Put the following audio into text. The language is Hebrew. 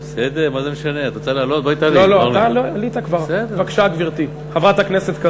חבר הכנסת הרצוג,